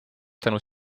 tänu